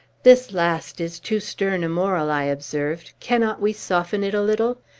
this last is too stern a moral, i observed. cannot we soften it a little?